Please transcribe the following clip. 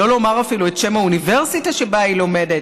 שלא לומר אפילו את שם האוניברסיטה שבה היא לומדת.